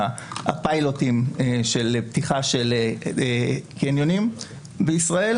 הפיילוטים של פתיחה של קניונים בישראל